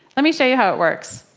let me show you how it works.